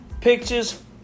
Pictures